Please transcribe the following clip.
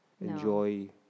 enjoy